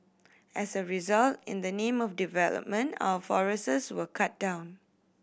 as a result in the name of development our forests were cut down